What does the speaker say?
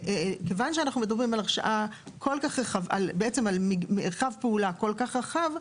כיוון שאנחנו מדברים על מרחב פעולה כל כך רחב,